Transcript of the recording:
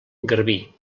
garbí